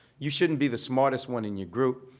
you shouldn't be the smartest one in your group,